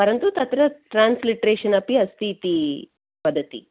परन्तु तत्र ट्रान्स्लिट्रेशन् अपि अस्ति इति वदति